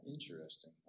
Interesting